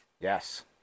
Yes